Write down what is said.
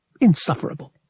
insufferable